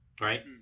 right